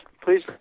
Please